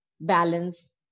balance